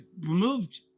removed